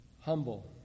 humble